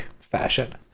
fashion